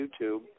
YouTube